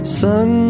sun